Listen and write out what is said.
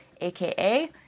aka